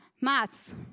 Maths